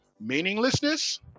meaninglessness